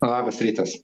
labas rytas